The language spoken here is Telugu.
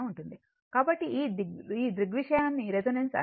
కాబట్టి ఈ దృగ్విషయాన్ని రెసోనెన్స్ అంటారు